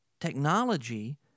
technology